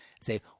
Say